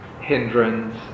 hindrance